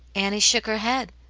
annie shook her head.